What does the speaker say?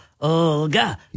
Olga